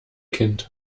kind